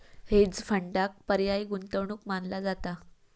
hedge फंडांक पर्यायी गुंतवणूक मानला जाता